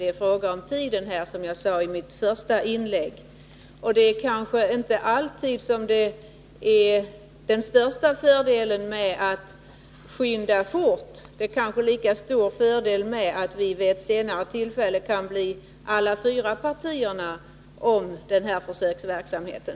Det är fråga om tiden, som jag sade i mitt första inlägg. Man uppnår kanske inte alltid den största fördelen genom att skynda på, utan det blir måhända en lika stor fördel vid ett senare tillfälle, om alla fyra partierna enas om den här försöksverksamheten.